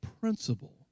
principle